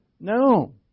No